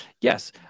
Yes